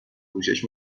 پوشش